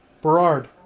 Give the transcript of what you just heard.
Berard